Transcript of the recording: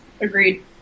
Agreed